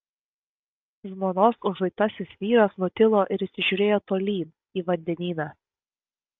žmonos užuitasis vyras nutilo ir įsižiūrėjo tolyn į vandenyną